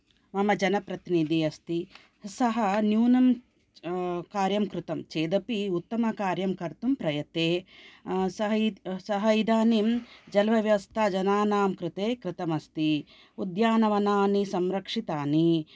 मम जनप्रतिनिधिः अस्ति सः न्यूनं कार्यं कृतं चेदपि उत्तमकार्यं कर्तुं प्रयते सः इदानीं जलव्यवस्था जनानां कृते कृतमस्ति उद्यानवनानि संरक्षितानि